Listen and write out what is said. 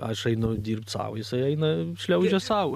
aš einu dirbt sau jisai eina šliaužia sau